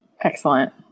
Excellent